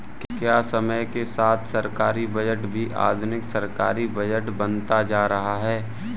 क्या समय के साथ सरकारी बजट भी आधुनिक सरकारी बजट बनता जा रहा है?